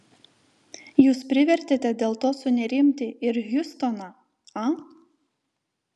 jūs privertėte dėl to sunerimti ir hjustoną a